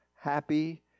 happy